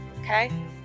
okay